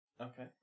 Okay